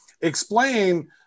explain